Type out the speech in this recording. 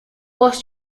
was